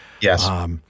yes